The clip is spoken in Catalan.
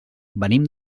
venim